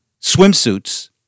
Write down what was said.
swimsuits